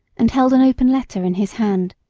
and held an open letter in his hand.